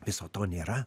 viso to nėra